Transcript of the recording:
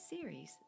series